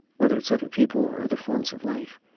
whether it's other people or other forms of life.